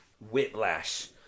whiplash